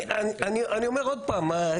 אני אומר עוד פעם,